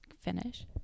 finish